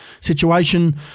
situation